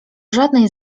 żadnej